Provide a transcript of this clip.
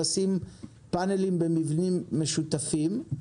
לשים פאנלים במבנים משותפים.